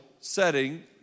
setting